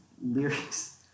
lyrics